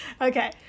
Okay